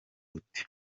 uti